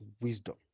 wisdom